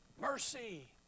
Mercy